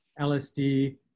LSD